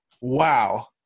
wow